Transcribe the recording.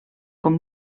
com